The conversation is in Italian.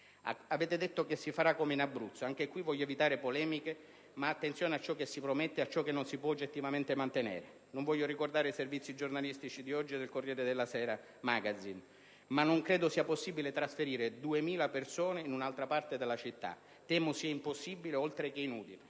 Avete detto che si farà come in Abruzzo. Anche qui, voglio evitare polemiche, ma fate attenzione a ciò che si promette e a ciò che non si può oggettivamente mantenere. Non voglio ricordare i servizi giornalistici apparsi oggi e quelli del «Corriere della Sera-Magazine», ma non credo sia possibile trasferire 2.000 persone dall'altra parte della città. Temo sia impossibile, oltre che inutile,